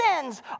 sins